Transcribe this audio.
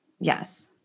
Yes